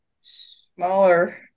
smaller